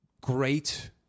great